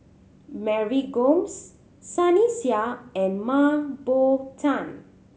Mary Gomes Sunny Sia and Mah Bow Tan